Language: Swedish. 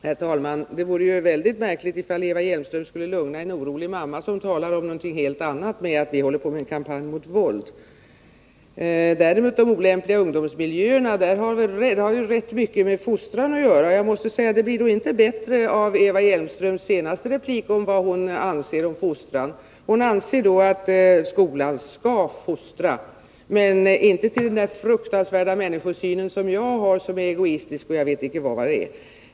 Herr talman! Det vore mycket märkligt om Eva Hjelmström skulle lugna en orolig mamma som talar om någonting helt annat med att vi har satt i gång en kampanj mot våldet i skolorna. Däremot har barns vistelse i olämpliga ungdomsmiljöer ganska mycket med fostran att göra. Och det lär inte bli mycket bättre på detta område av de åsikter som Eva Hjelmström i sin senaste replik framförde om fostran. Eva Hjelmström anser tydligen att skolan skall fostra, men inte till den fruktansvärda människosyn som jag har, som ju är egoistisk och jag vet inte allt.